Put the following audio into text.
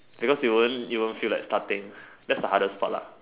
because you won't feel like starting that's the hardest part lah